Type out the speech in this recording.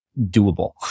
doable